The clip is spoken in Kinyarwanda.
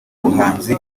buhanzi